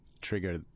trigger